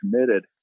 committed